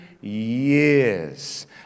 years